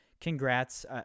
Congrats